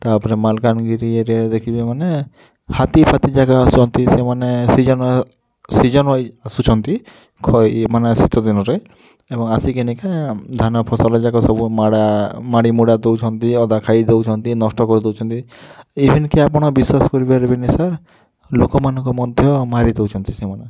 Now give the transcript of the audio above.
ତା'ପରେ ମାଲକାନଗିରି ଏରିଆରେ ଦେଖିବେ ମାନେ ହାତୀ ଫାତୀ ଜାଗା ଅଛନ୍ତି ସେମାନେ ସିଜିନ୍ ସିଜିନ୍ ୱାଇଜ୍ ଆସୁଛନ୍ତି ଖଇ ମାନେ ଶୀତଦିନରେ ଏବଂ ଆସି କିନା ଆନ ଫସଲ ଯାକ ସବୁ ମାଡ଼ା ମାଡ଼ି ମୁଡ଼ା ଦଉଛନ୍ତି ଅଧା ଖାଇ ଦଉଛନ୍ତି ନଷ୍ଟ କରି ଦଉଛନ୍ତି ଇଭିନ୍କି ଆପଣ ବିଶ୍ୱାସ କରିପାରିବେନି ସାର୍ ଲୋକମାନଙ୍କ ମଧ୍ୟ ମାରି ଦଉଛନ୍ତି ସେମାନେ